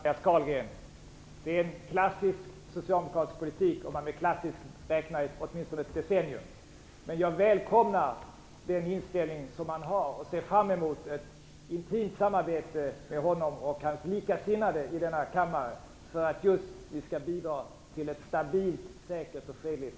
Fru talman! Jag gav uttryck för en klassisk socialdemokratisk politik, om man kan tala om klassisk när man avser åtminstone ett decennium tillbaka, Andreas Carlgren. Jag välkomnar den inställning som Andreas Carlgren har och ser fram emot ett intimt samarbete med honom och hans likasinnade i denna kammare. Då kan vi bidra till ett stabilt, säkert och fredligt